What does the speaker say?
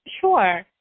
Sure